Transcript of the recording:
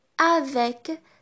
avec